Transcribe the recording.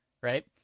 right